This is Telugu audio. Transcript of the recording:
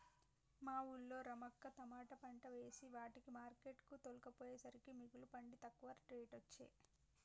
మా వూళ్ళో రమక్క తమాట పంట వేసే వాటిని మార్కెట్ కు తోల్కపోయేసరికే మిగుల పండి తక్కువ రేటొచ్చె